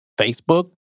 Facebook